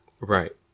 Right